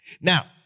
Now